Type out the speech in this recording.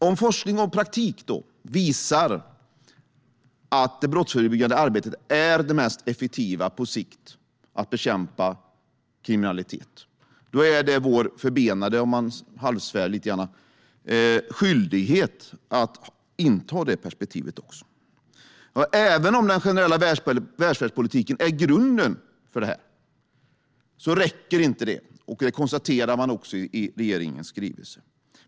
Om forskning och praktik visar att det brottsförebyggande arbetet är det mest effektiva på sikt för att bekämpa kriminalitet är det vår förbenade - för att halvsvära lite grann - skyldighet att inta detta perspektiv. Även om den generella välfärdspolitiken är grunden för detta räcker det inte, vilket man också konstaterar i regeringens skrivelse.